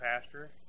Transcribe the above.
Pastor